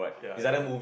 ya ya